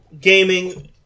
Gaming